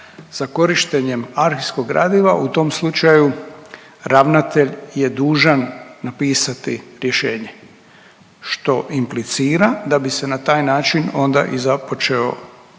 za korištenjem arhivskog gradiva u tom slučaju ravnatelj je dužan napisati rješenje što implicira da bi se na taj način i započeo